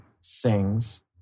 sings